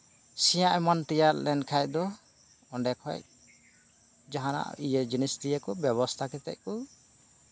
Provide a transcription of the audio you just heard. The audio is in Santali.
ᱥᱮᱭᱟ ᱮᱢᱟᱱ ᱛᱮᱭᱟᱜ ᱞᱮᱱᱠᱷᱟᱱ ᱫᱚ ᱚᱸᱰᱮ ᱠᱷᱚᱡ ᱡᱟᱦᱟᱸᱱᱟᱜ ᱤᱭᱟᱹ ᱡᱤᱱᱤᱥ ᱫᱤᱭᱮ ᱠᱚ ᱵᱮᱵᱚᱥᱛᱷᱟ ᱠᱟᱛᱮᱫ ᱠᱚ